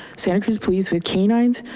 santa cruz police with canines,